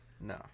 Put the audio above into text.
No